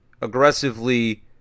aggressively